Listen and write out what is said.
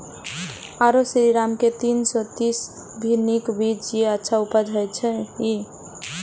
आरो श्रीराम के तीन सौ तीन भी नीक बीज ये अच्छा उपज होय इय?